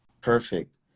Perfect